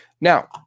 now